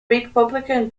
republican